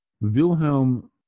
Wilhelm